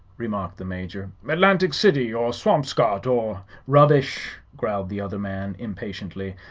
remarked the major. atlantic city, or swampscott, or rubbish! growled the other man, impatiently.